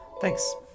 thanks